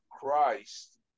Christ